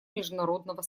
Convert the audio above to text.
международного